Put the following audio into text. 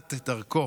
בתחילת דרכו